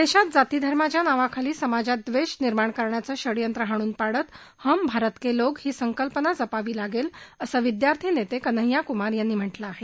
देशात जाती धर्माच्या नावाखाली समाजात द्वेष निर्माण करण्याचं षडयंत्र हाणून पाडत हम भारत के लोग ही संकल्पना जपावी लागेल असं विद्यार्थी नेते कन्हैया कुमार यांनी म्हटलं आहे